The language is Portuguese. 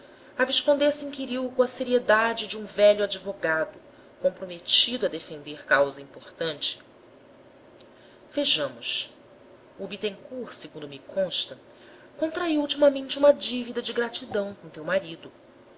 viscondessa inquiriu com a seriedade de um velho advogado comprometido a defender causa importante vejamos o bittencourt segundo me consta contraiu ultimamente uma dívida de gratidão com teu marido